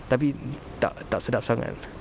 tapi mm tak tak sedap sangat